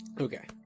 okay